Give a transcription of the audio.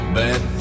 bad